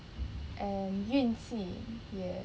and 运气也